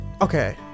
Okay